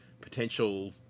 potential